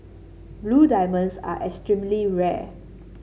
blue diamonds are extremely rare